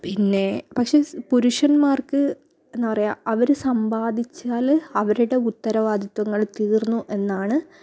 പിന്നെ പക്ഷേ പുരുഷന്മാർക്ക് എന്താണ് പറയുക അവർ സമ്പാദിച്ചാൽ അവരുടെ ഉത്തരവാദിത്വങ്ങൾ തീർന്നു എന്നാണ്